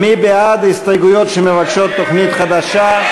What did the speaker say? מי בעד ההסתייגויות שמבקשות תוכנית חדשה?